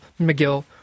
McGill